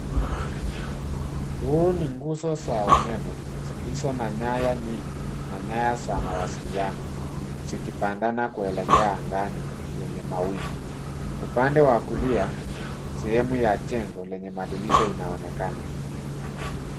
Huu ni nguzo za umeme zilizo na nyaya nyingi na nyaya za mawasiliano, zikipandana kuelekea angani yenye mawingu. Upande wa kulia, sehemu ya jengo lenye madirisha inaonekana.